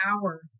hour